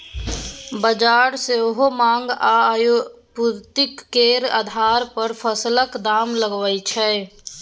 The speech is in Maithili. बजार सेहो माँग आ आपुर्ति केर आधार पर फसलक दाम लगाबै छै